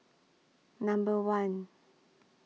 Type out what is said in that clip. Number one